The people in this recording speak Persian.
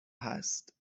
هست